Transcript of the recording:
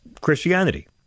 Christianity